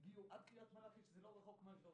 הגיעו עד קריית מלאכי, שזה לא רחוק מאשדוד